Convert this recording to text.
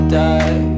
die